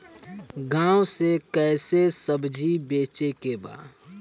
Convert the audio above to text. गांव से कैसे सब्जी बेचे के बा?